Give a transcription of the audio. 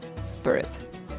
spirit